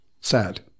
Sad